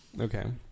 Okay